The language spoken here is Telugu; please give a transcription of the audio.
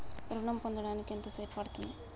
ఋణం పొందడానికి ఎంత సేపు పడ్తుంది?